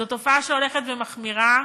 זאת תופעה שהולכת ומחמירה,